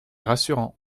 rassurant